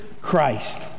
Christ